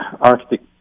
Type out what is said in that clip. Arctic